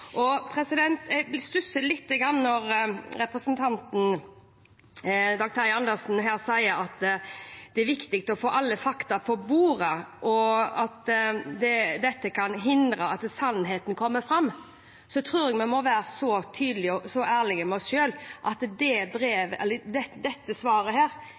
Jeg stusser lite grann når representanten Dag Terje Andersen her sier at det er viktig å få alle fakta på bordet, og at dette kan hindre at sannheten kommer fram. Jeg tror vi må være tydelige og ærlige med oss selv: Dette svaret er ikke avgjørende for hvorvidt sannheten kommer fram, eller for at